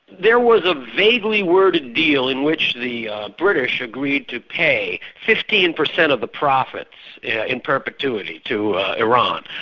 there was a vaguely worded deal in which the british agreed to pay fifteen percent of the profits yeah in perpetuity to iran.